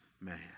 man